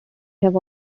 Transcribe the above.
have